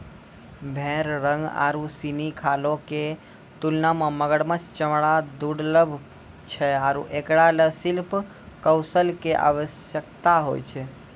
भेड़ रंग आरु सिनी खालो क तुलना म मगरमच्छ चमड़ा दुर्लभ छै आरु एकरा ल शिल्प कौशल कॅ आवश्यकता होय छै